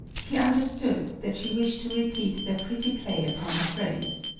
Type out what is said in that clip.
he un derstood that she wished to repeat their pretty play upon the phrase.